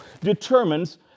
determines